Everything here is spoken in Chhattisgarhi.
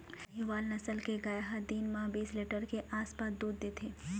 साहीवाल नसल के गाय ह दिन म बीस लीटर के आसपास दूद देथे